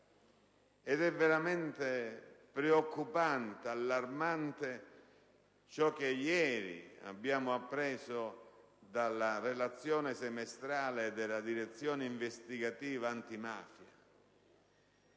ed è veramente preoccupante e allarmante ciò che ieri abbiamo appreso dalla relazione semestrale della Direzione investigativa antimafia,